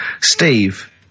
Steve